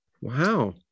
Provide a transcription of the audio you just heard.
Wow